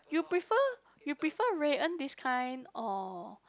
you prefer you prefer Rui-En this kind or